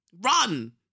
Run